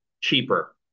cheaper